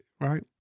right